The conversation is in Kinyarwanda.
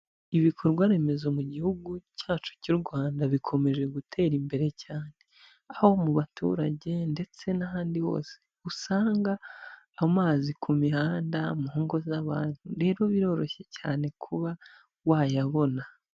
Ibikorwaremezo mu gihugu cyacu cy'u Rwanda bikomeje gutera imbere cyane, aho mu baturage ndetse n'ahandi hose usanga amazi ku mihanda mu ngo z'abantu rero biroroshye cyane kuba wayabona.